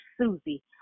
Susie